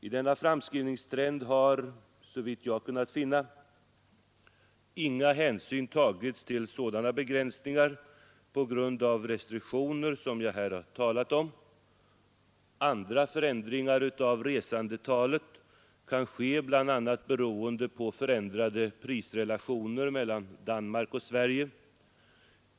I denna framskrivningstrend har, såvitt jag kunnat finna, ingen hänsyn tagits till sådana begränsningar på grund av restriktioner som jag här talat om. Andra förändringar av resandeantalet kan ske, bl.a. beroende på förändrade prisrelationer mellan Danmark och Sverige.